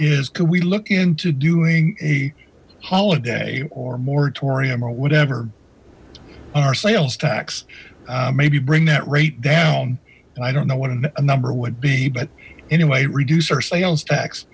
is could we look into doing a holiday or moratorium or whatever on our sales tax maybe bring that rate down i don't know what a number would be but anyway reduce our sales tax